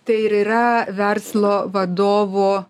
tai ir yra verslo vadovo